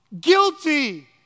Guilty